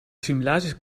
simulaties